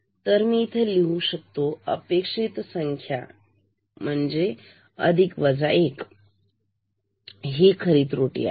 तर मी इथे लिहू शकतो अपेक्षित संख्या टाईम अधिक 1 आणि ही खरी त्रुटी आहे ही त्रुटी आहे